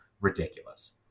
ridiculous